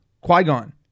Qui-Gon